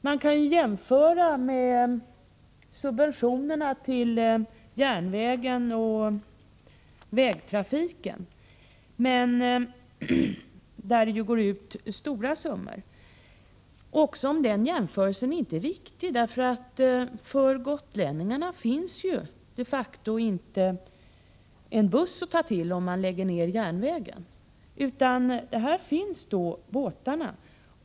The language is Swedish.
Man kan jämföra med subventionerna till järnvägen och vägtrafiken, där det utgår stora summor. Det kan man göra även om jämförelsen inte är riktig, eftersom gotlänningarna de facto inte har någon buss att ta till om järnvägen läggs ned. För gotlänningarna finns båtarna.